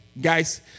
guys